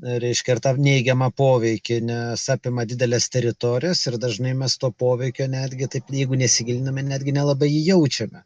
reiškia ir tą neigiamą poveikį nes apima dideles teritorijas ir dažnai mes to poveikio netgi taip jeigu nesigiliname netgi nelabai jį jaučiame